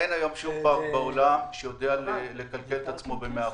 אין היום שום פארק בעולם שיודע לכלכל את עצמו ב-100%,